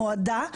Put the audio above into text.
נועדה,